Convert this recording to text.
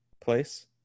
place